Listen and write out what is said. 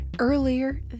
earlier